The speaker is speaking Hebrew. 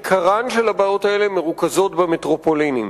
עיקרן של הבעיות האלה מרוכז במטרופולינים.